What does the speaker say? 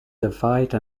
divide